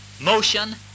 motion